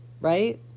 right